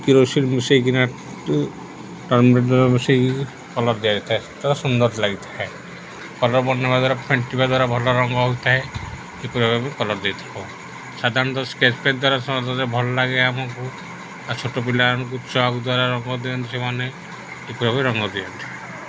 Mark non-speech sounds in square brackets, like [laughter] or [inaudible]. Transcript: kerosene ମିଶେଇକିନା [unintelligible] ମିଶେଇକି colour ଦିଆଯାଇଥାଏ ସୋରା ସୁନ୍ଦର ଲାଗିଥାଏ କଲର୍ ବନେଇବା ଦ୍ୱାରା ଫେଣ୍ଟିବା ଦ୍ୱାରା ଭଲ ରଙ୍ଗ ହେଉଥାଏ ଏଗୁଡ଼ ବି କଲର୍ ଦେଇଥାଉ ସାଧାରଣତଃ ସ୍କେଚ୍ ପେନ୍ ଦ୍ୱାରା ସମ ଭଲ ଲାଗେ ଆମକୁ ଆଉ ଛୋଟ ପିଲାମାନଙ୍କୁ ଚକ୍ ଦ୍ୱାରା ରଙ୍ଗ ଦିଅନ୍ତି ସେମାନେ ଏଗୁଡ଼ା ବି ରଙ୍ଗ ଦିଅନ୍ତି